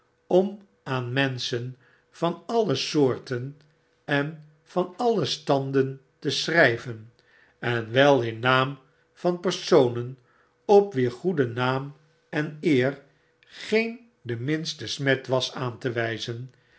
om aan menschen van alle soortenvan alle standen te schryven en wel in naam van personen op wier goeden naam en eer geen de minste smet was aan te wyzen